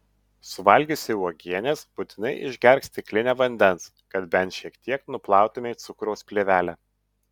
suvalgiusi uogienės būtinai išgerk stiklinę vandens kad bent šiek tiek nuplautumei cukraus plėvelę